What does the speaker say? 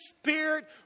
Spirit